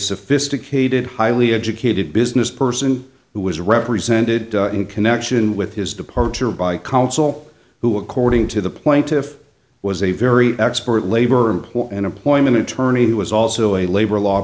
sophisticated highly educated business person who was represented in connection with his departure by counsel who according to the plaintiff was a very expert labor employee an employment attorney who was also a labor law